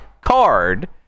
card